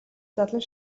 задлан